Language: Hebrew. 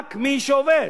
רק מי שעובד.